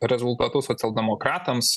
rezultatus socialdemokratams